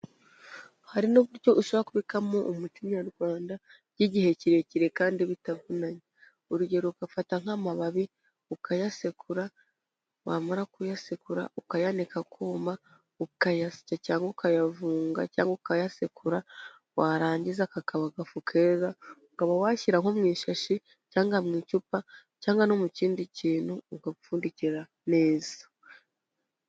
Hari n'uburyo ushobora kubikamo umuti Nyarwanda by'igihe kirekire kandi bitavunanye. Urugero ugafata nk'amababi ukayasekura, wamara kuyasekura ukayanika akuma, ukayashya cyangwa ukayavunga cyangwa ukayasekura, warangiza kakaba agafu keza ukaba washyira nko mu ishashi cyangwa mu icupa cyangwa no mu kindi kintu ugapfundikira neza.